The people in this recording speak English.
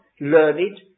learned